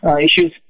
issues